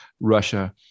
Russia